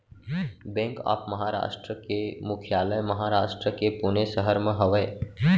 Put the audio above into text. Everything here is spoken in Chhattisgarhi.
बेंक ऑफ महारास्ट के मुख्यालय महारास्ट के पुने सहर म हवय